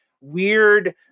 weird